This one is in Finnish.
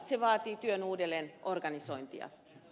se vaatii työn uudelleenorganisointia